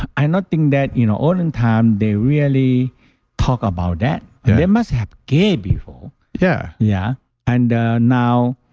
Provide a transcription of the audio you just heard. i no think that you know olden time, they really talk about that. they must have gay before, yeah? yeah and now,